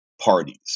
parties